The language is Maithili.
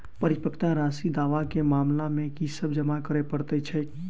परिपक्वता राशि दावा केँ मामला मे की सब जमा करै पड़तै छैक?